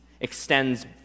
extends